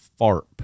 FARP